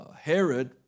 Herod